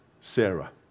Sarah